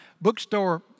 bookstore